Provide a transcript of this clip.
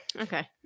Okay